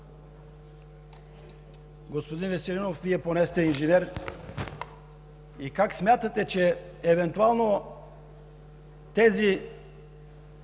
Господин Веселинов, Вие поне сте инженер, как смятате, че евентуално тези